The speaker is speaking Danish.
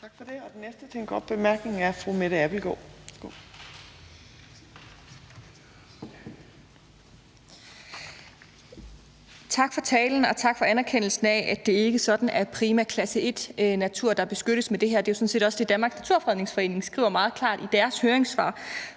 Tak for det. Og den næste for en kort bemærkning er fru Mette Abildgaard. Værsgo. Kl. 14:09 Mette Abildgaard (KF): Tak for talen, og tak for anerkendelsen af, at det ikke sådan er primaklasse 1-natur, der beskyttes med det her. Det er jo sådan set også det, Danmarks Naturfredningsforening skriver meget klart i deres høringssvar